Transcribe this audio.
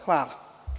Hvala.